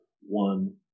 one